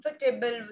comfortable